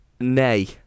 Nay